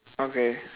okay